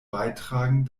beitragen